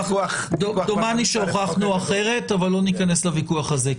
דומני שהוכחנו אחרת, אבל לא ניכנס לוויכוח הזה.